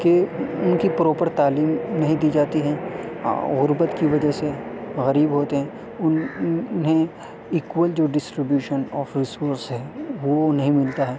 کہ ان کی پروپر تعلیم نہیں دی جاتی ہے غربت کی وجہ سے غریب ہوتے ہیں ان انہیں ایکول جو ڈسٹریبیوشن آف ریسورس ہے وہ نہیں ملتا ہے